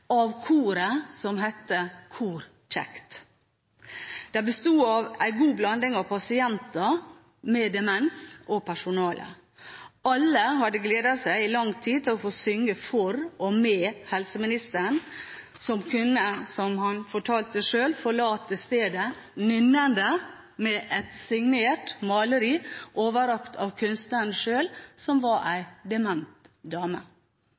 av koret som heter Kor Kjekt. Det består av en god blanding av pasienter med demens og personale. Alle hadde gledet seg i lang tid til å synge for og med helseministeren, som kunne – som han sjøl fortalte – forlate stedet nynnende, med et signert maleri overrakt av kunstneren sjøl, som var